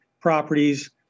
properties